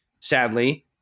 sadly